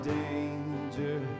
danger